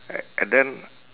a~ and then